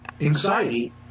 anxiety